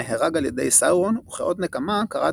נהרג על ידי סאורון וכאות נקמה כרת